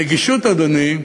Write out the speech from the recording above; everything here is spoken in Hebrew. הנגישות, אדוני,